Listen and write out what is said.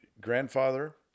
grandfather